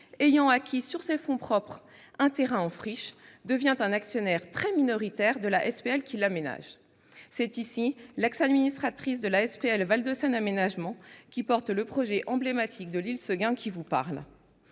ayant acquis sur ses fonds propres un terrain en friche devienne un actionnaire très minoritaire de la SPL qui l'aménage ? C'est l'ex-administratrice de la SPL Val de Seine Aménagement, qui porte le projet emblématique de l'île Seguin, qui vous parle